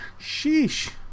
Sheesh